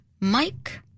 Mike